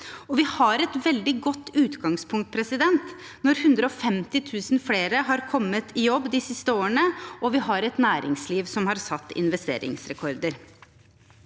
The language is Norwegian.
Vi har et veldig godt utgangspunkt når 150 000 flere har kommet i jobb de siste årene og vi har et næringsliv som har satt investeringsrekorder.